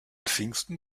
pfingsten